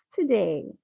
today